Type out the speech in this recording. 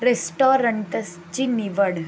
रेस्टॉरंटसची निवड